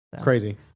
Crazy